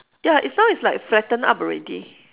ya it's now it's like flatten up already